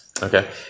Okay